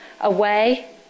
away